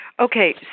Okay